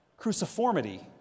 Cruciformity